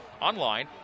online